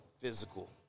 physical